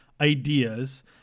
ideas